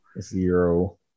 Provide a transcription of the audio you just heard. Zero